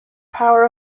power